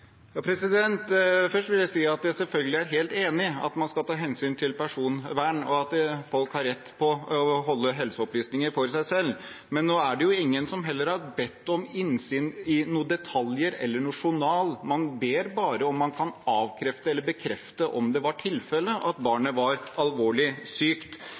Først vil jeg si at jeg selvfølgelig er helt enig i at man skal ta hensyn til personvern, og at folk har rett til å holde helseopplysninger for seg selv. Men nå er det jo ingen som har bedt om innsyn i detaljer eller noen journal. Man ber bare om at man kan avkrefte eller bekrefte at det var tilfelle at barnet var alvorlig sykt.